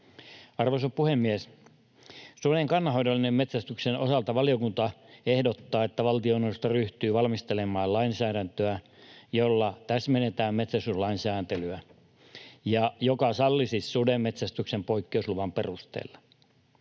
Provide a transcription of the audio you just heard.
Arvoisa puhemies! Suden kannanhoidollisen metsästyksen osalta valiokunta ehdottaa, että valtioneuvosto ryhtyy valmistelemaan lainsäädäntöä, jolla täsmennetään metsästyslain sääntelyä ja joka sallisi sudenmetsästyksen poikkeusluvan perusteella.